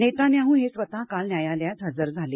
Netanyahu हे स्वत काल न्यायालयात हजर झाले